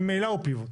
ממילא הוא פיבוט.